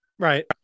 Right